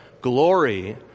glory